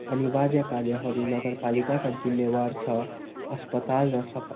अनिवार्य कार्यहरू नगरपालिकाका जिम्मेवार छ अस्पताल र सफा